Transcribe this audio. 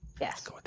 Yes